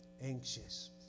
anxious